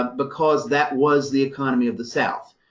ah because that was the economy of the south.